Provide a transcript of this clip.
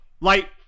light